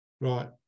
Right